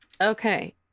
Okay